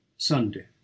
Sunday